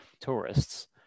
tourists